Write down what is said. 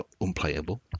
unplayable